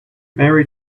mary